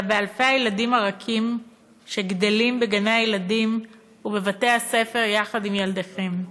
אלא באלפי הילדים הרכים שגדלים בגני-הילדים ובבתי-הספר יחד עם ילדיכם.